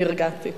נרגעתי.